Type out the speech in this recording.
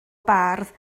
bardd